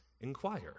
inquire